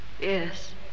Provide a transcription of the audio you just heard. Yes